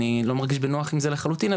אני לא מרגיש בנוח עם זה לחלוטין,